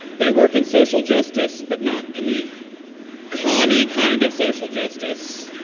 they work in social justice, but not in the commie kind of social justice.